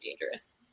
dangerous